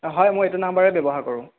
হয় মই এইটো নাম্বাৰেই ব্যৱহাৰ কৰোঁ